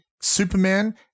Superman